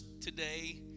today